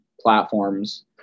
platforms